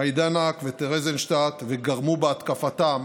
מיידנק וטרזינשטט, וגרמו בהתקפתם